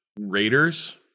raiders